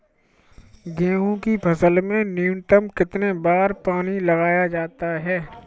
गेहूँ की फसल में न्यूनतम कितने बार पानी लगाया जाता है?